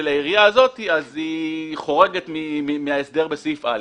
העירייה הזאת היא חורגת מההסדר בסעיף (א).